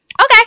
Okay